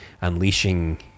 unleashing